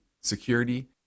security